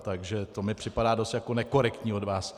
Takže to mi připadá dost jako nekorektní od vás.